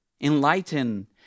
enlighten